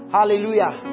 Hallelujah